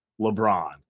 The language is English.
LeBron